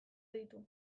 ditu